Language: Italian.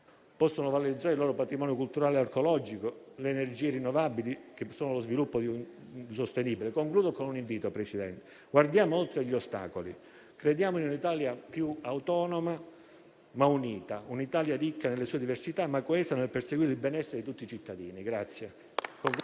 ...possono valorizzare il loro patrimonio culturale e archeologico e le energie rinnovabili, per uno sviluppo sostenibile. Concludo con un invito, signor Presidente: guardiamo oltre gli ostacoli, crediamo in un'Italia più autonoma, ma unita, ricca nelle sue diversità, ma coesa nel perseguire il benessere di tutti i cittadini.